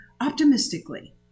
optimistically